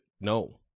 No